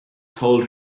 told